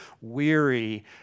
weary